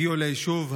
הגיעו ליישוב,